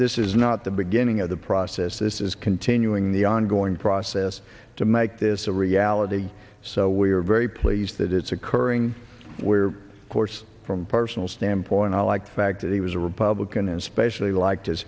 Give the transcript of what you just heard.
this is not the beginning of the process this is continuing the ongoing process to make this a reality so we are very pleased that it's occurring where course from personal standpoint i like the fact that he was a republican and specially liked his